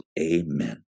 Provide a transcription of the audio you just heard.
Amen